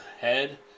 head